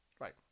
right